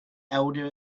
elder